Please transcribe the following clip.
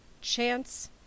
chance